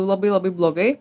labai labai blogai